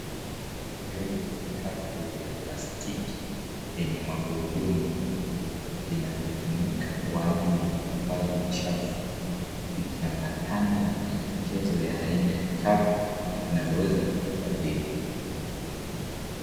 Vyombo vitatu vya plastiki, vyenye magurudumu vinavyotumika kwaajili ya kuhifadhi uchafu, vikiambatana na maelekezo ya aina ya taka zinazoweza kuhifadhiwa.